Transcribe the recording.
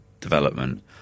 development